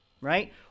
Right